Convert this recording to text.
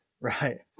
Right